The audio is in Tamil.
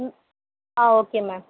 ம் ஆ ஓகே மேம்